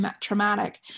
traumatic